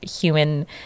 human